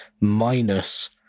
minus